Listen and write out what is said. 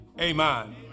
Amen